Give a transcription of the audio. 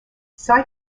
sai